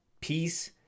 peace